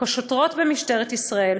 כשוטרות במשטרת ישראל,